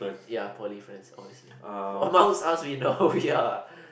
ya poly friends obviously amongst us we know ya